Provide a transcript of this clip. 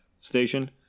station